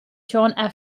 john